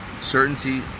Certainty